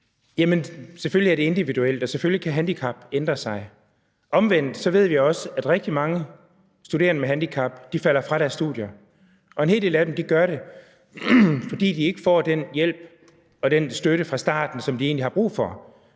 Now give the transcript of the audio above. selvfølgelig er det individuelt, og selvfølgelig kan handicap ændre sig. Omvendt ved vi også, at rigtig mange studerende med handicap falder fra deres studier. Og en hel del af dem gør det, fordi de ikke får den hjælp og den støtte fra starten, som de egentlig har brug for.